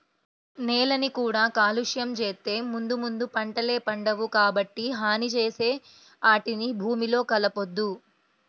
నేలని కూడా కాలుష్యం చేత్తే ముందు ముందు పంటలే పండవు, కాబట్టి హాని చేసే ఆటిని భూమిలో కలపొద్దు